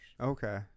okay